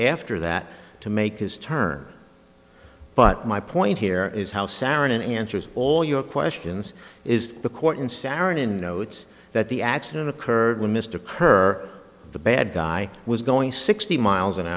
after that to make his turn but my point here is how saarinen answers all your questions is the court in sarum in notes that the accident occurred when mr ker the bad guy was going sixty miles an